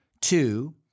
two